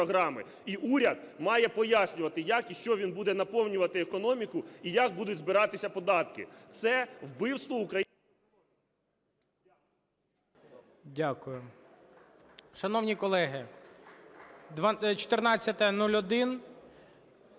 Дякую. Шановні колеги, 14:01.